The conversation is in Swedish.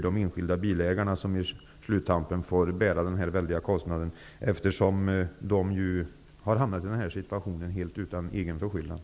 De enskilda bilägarna skall inte på sluttampen bära den väldiga kostnad som det här för med sig. De har ju hamnat i nämnda situation helt utan egen förskyllan.